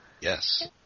Yes